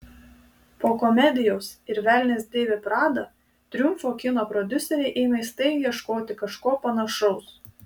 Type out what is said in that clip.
po komedijos ir velnias dėvi pradą triumfo kino prodiuseriai ėmė staigiai ieškoti kažko panašaus